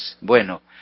Bueno